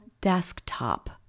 desktop